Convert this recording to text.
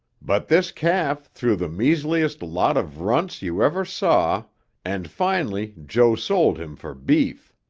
but this calf threw the measliest lot of runts you ever saw and finally joe sold him for beef.